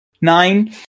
Nine